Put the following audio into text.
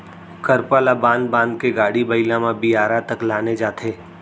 करपा ल बांध बांध के गाड़ी बइला म बियारा तक लाने जाथे